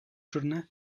siwrne